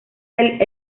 del